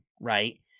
right